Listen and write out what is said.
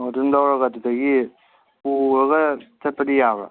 ꯑꯣ ꯑꯗꯨꯝ ꯂꯧꯔꯒ ꯑꯗꯨꯗꯒꯤ ꯄꯨꯔꯒ ꯆꯠꯄꯗꯤ ꯌꯥꯕ꯭ꯔꯥ